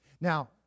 Now